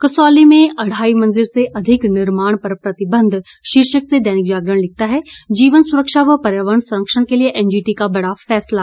कसौली में अढ़ाई मंजिल से अधिक निर्माण पर प्रतिबंध शीर्षक से दैनिक जागरण लिखता है जीवन सुरक्षा व पर्यावरण संरक्षण के लिए एनजीटी का बड़ा फैसला